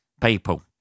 People